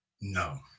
No